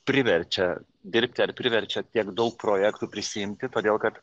priverčia dirbti ar priverčia tiek daug projektų prisiimti todėl kad